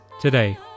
today